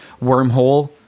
wormhole